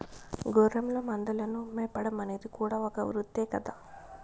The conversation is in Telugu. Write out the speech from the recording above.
గొర్రెల మందలను మేపడం అనేది కూడా ఒక వృత్తే కదా